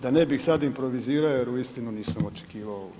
Da ne bi sada improvizirao jer uistinu nisam očekivao